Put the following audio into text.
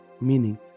Meaning